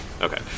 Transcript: Okay